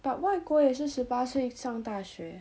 but 外国也是十八岁上大学